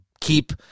keep